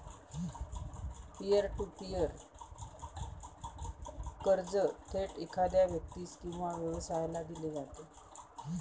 pier to peer कर्ज थेट एखाद्या व्यक्तीस किंवा व्यवसायाला दिले जाते